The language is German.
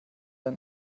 ein